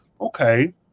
Okay